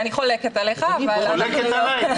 אני חולקת עליך, אבל --- את חולקת עליי?